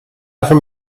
offer